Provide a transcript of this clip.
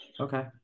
Okay